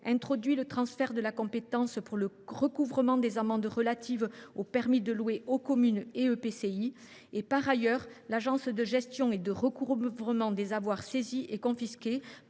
introduisant le transfert de la compétence pour le recouvrement des amendes relatives au permis de louer aux communes et aux EPCI. Par ailleurs, l’Agence de gestion et de recouvrement des avoirs saisis et confisqués